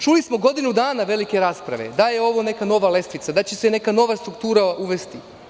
Čuli smo godinu dana velike rasprave, da je ovo neka nova lestvica, da će se neka nova struktura uvesti.